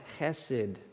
chesed